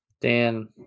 dan